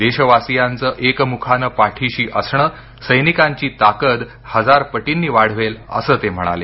देशवासियांचं एकमुखानं पाठीशी असणं सैनिकांची ताकद हजारपटींनी वाढवेल असं ते म्हणाले